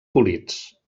polits